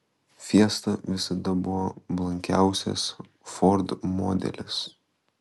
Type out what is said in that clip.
fiesta visada buvo blankiausias ford modelis